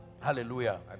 hallelujah